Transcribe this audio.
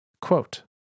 Quote